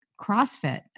CrossFit